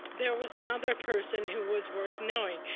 there was another person who was worth knowing.